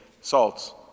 Salts